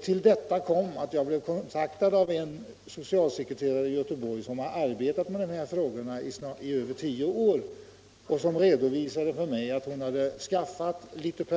Till detta kom att jag blev kontaktad av en socialsekreterare i Göteborg, som arbetat med de här frågorna i över tio år. Hon redovisade för mig att hon hade fått litet